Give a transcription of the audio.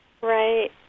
Right